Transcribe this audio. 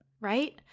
Right